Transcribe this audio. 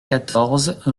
quatorze